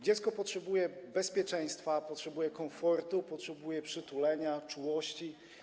Dziecko potrzebuje bezpieczeństwa, potrzebuje komfortu, potrzebuje przytulenia, czułości.